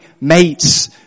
mates